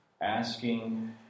asking